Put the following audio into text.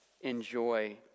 enjoy